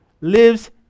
lives